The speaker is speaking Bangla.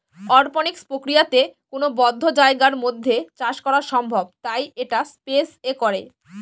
অরপনিক্স প্রক্রিয়াতে কোনো বদ্ধ জায়গার মধ্যে চাষ করা সম্ভব তাই এটা স্পেস এ করে